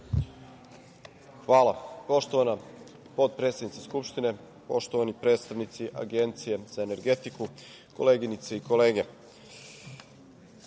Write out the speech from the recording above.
Hvala. Poštovana potpredsednice Skupštine, poštovani predstavnici Agencije za energetiku, koleginice i kolege,